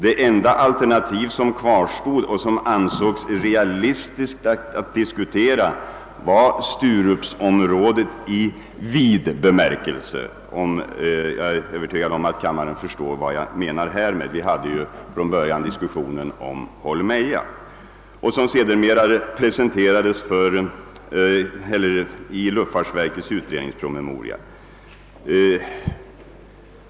Det enda alternativ som kvarstod och som ansågs realistiskt att diskutera var Sturupsområdet i vid bemärkelse — jag är övertygad om att kammaren förstår vad jag menar härmed; vi hade ju från början diskussionen om Holmeja. Alternativet presenterades sedermera i luftfartsverkets utredningspromemoria.